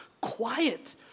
quiet